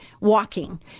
walking